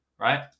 right